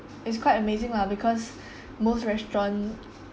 it's quite amazing lah because most restaurant